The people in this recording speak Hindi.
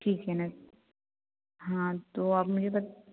ठीक है न हाँ तो आप मुझे बताइए